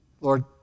Lord